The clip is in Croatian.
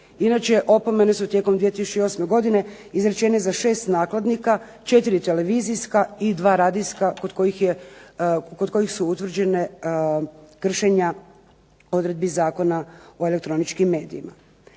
Inače, opomene su tijekom 2008. godine izrečene za 6 nakladnika, 4 televizijska i 2 radijska kod kojih su utvrđena kršenja odredbi Zakona o elektroničkim medijima.